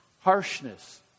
Harshness